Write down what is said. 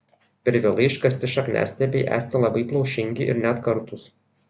per vėlai iškasti šakniastiebiai esti labai plaušingi ir net kartūs